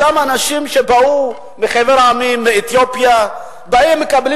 אותם אנשים שבאו מחבר המדינות ומאתיופיה ומקבלים